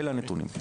אלה הנתונים.